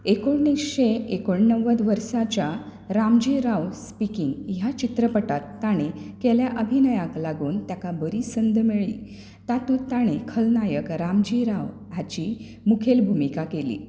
एकुणीशें एकोणव्वद वर्साच्या रामजी राव स्पीकिंग ह्या चित्रपटात ताणें केल्ल्या अभिनयाक लागून तेका बरी संद मेळ्ळी तातूंत ताणें खलनायक रामजी राव हाची मुखेल भुमिका केली